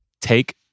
take